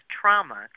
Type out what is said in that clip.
trauma